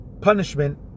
Punishment